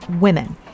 women